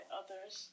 others